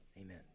Amen